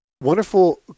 Wonderful